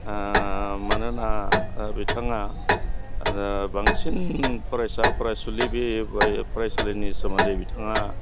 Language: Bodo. मानोना बिथाङा बांसिन फरायसा फरासुलि बे फरायसालिनि सोमोन्दै बिथाङा